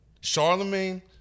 Charlemagne